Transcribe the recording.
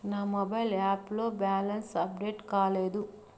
నా mobile app లో balance update కాలేదు